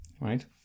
right